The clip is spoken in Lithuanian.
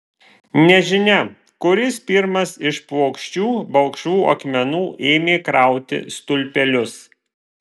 nežinia kuris pirmas iš plokščių balkšvų akmenų ėmė krauti stulpelius